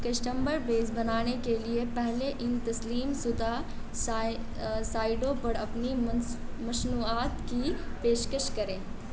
customer base بنانے کے لیے پہلے ان تسلیم شدہ سا سائٹوں پر اپنی مصنوعات کی پیشکش کریں